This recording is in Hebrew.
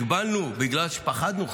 הגבלנו בגלל שפחדנו.